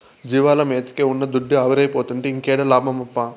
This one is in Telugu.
జీవాల మేతకే ఉన్న దుడ్డు ఆవిరైపోతుంటే ఇంకేడ లాభమప్పా